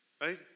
Right